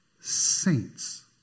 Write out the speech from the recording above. saints